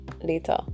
Later